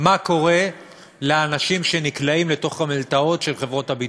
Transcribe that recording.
מה קורה לאנשים שנקלעים לתוך המלתעות של חברות הביטוח: